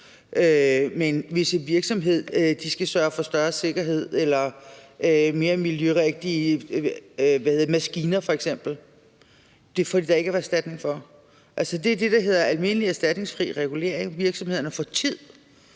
Men hvis en virksomhed skal sørge for større sikkerhed eller mere miljørigtige maskiner, så får den da ikke erstatning for det. Det er det, der hedder almindelig erstatningsfri regulering. Virksomhederne får tid